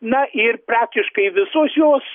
na ir praktiškai visos jos